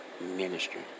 ministry